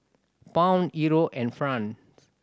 Pound Euro and franc